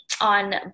on